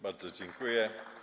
Bardzo dziękuję.